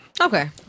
Okay